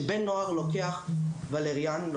שבן נוער לוקח ולריאן,